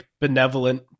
benevolent